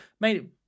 made